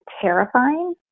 terrifying